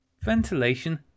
Ventilation